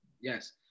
Yes